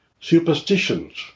superstitions